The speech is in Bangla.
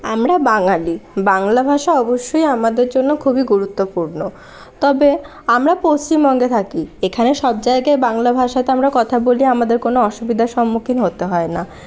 আমরা বাঙালি বাংলা ভাষা অবশ্যই আমাদের জন্য খুবই গুরুত্বপূর্ণ তবে আমরা পশ্চিমবঙ্গে থাকি এখানে সব জায়গায় বাংলা ভাষাতে আমরা কথা বলি আমাদের কোন অসুবিধার সম্মুখীন হতে হয়না